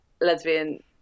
lesbian